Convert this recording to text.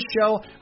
show